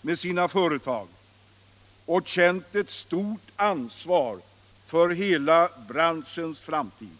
med sina företag och känt ett stort ansvar för hela branschens framtid.